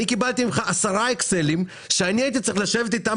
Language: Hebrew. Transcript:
קיבלתי ממך עשרה אקסלים שהייתי צריך לשבת איתם